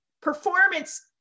performance